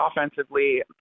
offensively